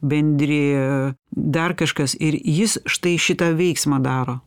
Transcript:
bendri dar kažkas ir jis štai šitą veiksmą daro